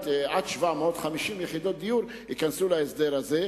עד 750 יחידות דיור שייכנסו להסדר הזה,